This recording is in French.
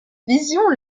vision